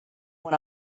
when